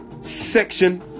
section